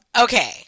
Okay